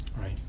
Right